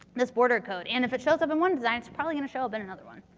this border code. and if it shows up in one design, it's probably going to show up in another one.